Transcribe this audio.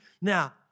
Now